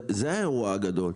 זה האירוע הגדול.